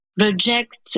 reject